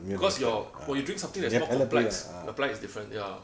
because your when you drink something that's more complex when you apply it's different